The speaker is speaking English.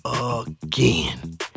again